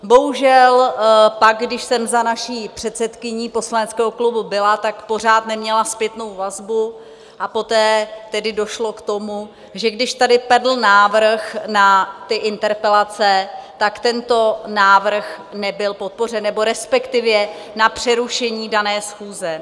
Bohužel pak, když jsem za naší předsedkyní poslaneckého klubu byla, pořád neměla zpětnou vazbu, a poté tedy došlo k tomu, že když tady padl návrh na interpelace, tak tento návrh nebyl podpořen nebo respektive na přerušení dané schůze.